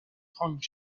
frank